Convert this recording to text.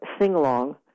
sing-along